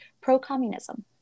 pro-communism